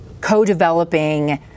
co-developing